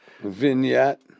Vignette